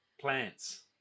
plants